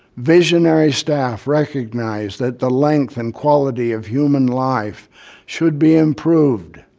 visionary staff recognize that the length and quality of human life should be improved.